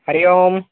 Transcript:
हरिः ओम्